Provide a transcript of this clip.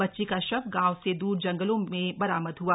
बच्ची का शव गांव से दूर जंगलों में बरामद हआ